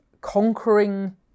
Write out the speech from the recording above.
conquering